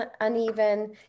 uneven